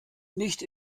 nicht